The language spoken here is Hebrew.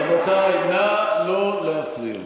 רבותיי, נא לא להפריע.